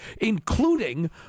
including